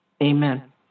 Amen